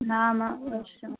नाममवश्यम्